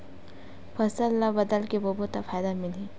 फसल ल बदल के बोबो त फ़ायदा मिलही?